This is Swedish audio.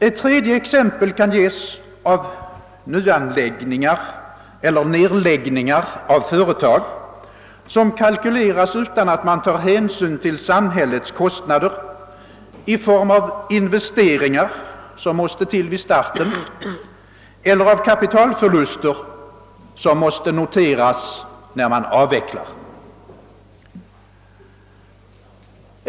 Ett tredje exempel kan ges av nyanläggningar eller nedläggningar av företag, som kalkyleras utan att man tar hänsyn till samhällets kostnader i form av investeringar som måste göras vid starten eller av kapitalförluster som måste noteras vid avveckling.